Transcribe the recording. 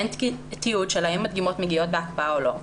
אין תיעוד אם הדגימות מגיעות בהקפאה או לא,